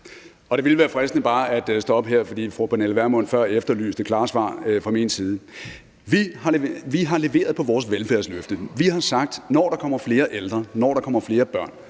Vi har leveret på vores velfærdsløfte. Vi har sagt: Når der kommer flere ældre, når der